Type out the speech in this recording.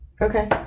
Okay